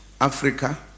Africa